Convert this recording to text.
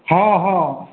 हॅं हॅं